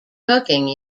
hooking